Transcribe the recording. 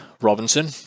Robinson